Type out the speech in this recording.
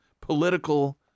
political